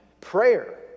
prayer